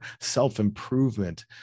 self-improvement